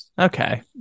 Okay